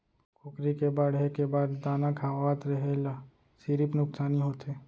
कुकरी के बाड़हे के बाद दाना खवावत रेहे ल सिरिफ नुकसानी होथे